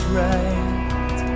right